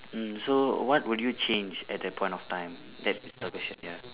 mm so what would you change at that point of time that is the question ya